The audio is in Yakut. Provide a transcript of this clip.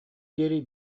диэри